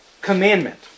commandment